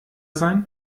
sein